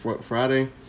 friday